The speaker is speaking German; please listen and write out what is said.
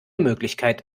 möglichkeit